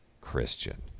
Christian